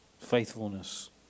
faithfulness